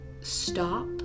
stop